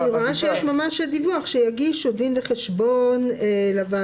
אני רואה שיש ממש דיווח: "שיגישו דין וחשבון לוועדה".